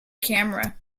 camera